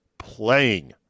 playing